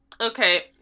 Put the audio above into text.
Okay